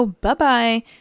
bye-bye